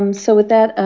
um so with that,